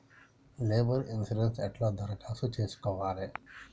Labour insurance ఎట్ల దరఖాస్తు చేసుకోవాలే?